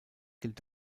gilt